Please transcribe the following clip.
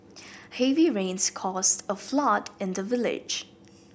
heavy rains caused a flood in the village